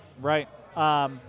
right